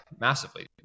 massively